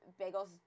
bagels